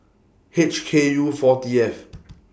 H K U four T F